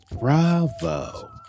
Bravo